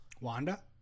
Wanda